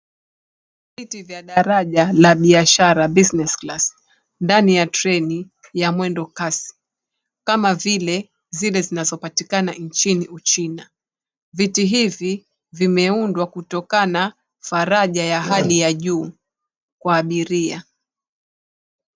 Vitu vya daraja la biashara Business class ndani ya treni ya mwendo kasi, kama vile zile zinazopatikana inchini Uchina. Viti hivi vimeundwa kutokana na faraja ya hali ya juu kwa abiria.